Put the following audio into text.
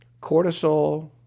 cortisol